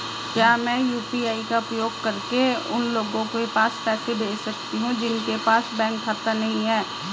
क्या मैं यू.पी.आई का उपयोग करके उन लोगों के पास पैसे भेज सकती हूँ जिनके पास बैंक खाता नहीं है?